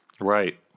Right